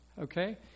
Okay